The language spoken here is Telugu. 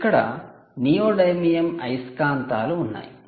ఇక్కడ 'నియోడైమియం అయస్కాంతాలు' 'neodymium magnets' ఉన్నాయి